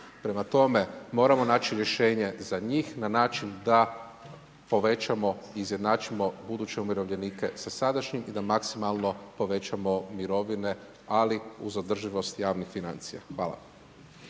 Prema tome, moramo naći rješenje za njih na način da povećamo, izjednačimo buduće umirovljenike sa sadašnjim i da maksimalno povećamo mirovine ali uz održivost javnih financija. Hvala.